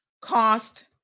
cost